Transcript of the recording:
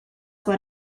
what